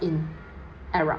in arab